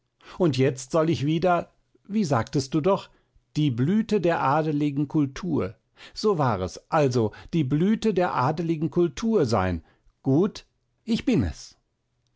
und jetzt soll ich wieder wie sagtest du doch die blüte der adeligen kultur so war es also die blüte der adeligen kultur sein gut ich bin es